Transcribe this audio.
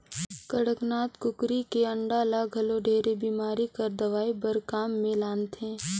कड़कनाथ कुकरी के अंडा ल घलो ढेरे बेमारी कर दवई बर काम मे लानथे